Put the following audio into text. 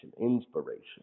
inspiration